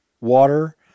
water